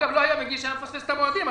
לו לא היה מגיש, היה מפספס את המועדים.